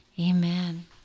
Amen